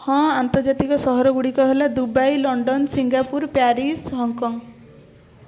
ହଁ ଆନ୍ତର୍ଜାତୀକ ସହର ଗୁଡ଼ିକ ହେଲା Dubai London Singapore Paris Hong Kong